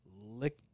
Lick